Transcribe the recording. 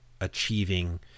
achieving